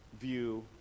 view